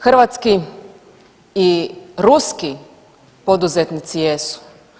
Hrvatski i ruski poduzetnici jesu.